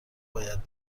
باید